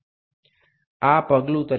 এটিকে ধাপ হিসাবেও বলা যেতে পারে